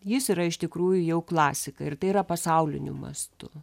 jis yra iš tikrųjų jau klasika ir tai yra pasauliniu mastu